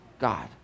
God